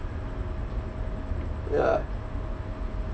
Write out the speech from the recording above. ya